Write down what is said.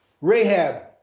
Rahab